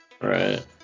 Right